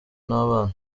n’abana